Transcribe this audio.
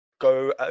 go